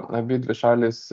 abidvi šalys